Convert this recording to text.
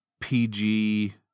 PG